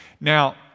Now